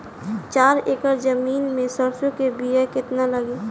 चार एकड़ जमीन में सरसों के बीया कितना लागी?